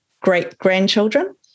great-grandchildren